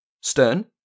Stern